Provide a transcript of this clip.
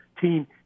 team